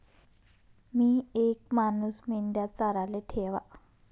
मी येक मानूस मेंढया चाराले ठेवा